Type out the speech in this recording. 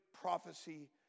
prophecy